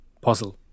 puzzle